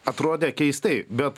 atrodė keistai bet